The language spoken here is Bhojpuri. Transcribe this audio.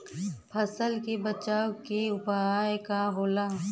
फसल के बचाव के उपाय का होला?